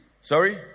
Sorry